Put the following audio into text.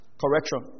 correction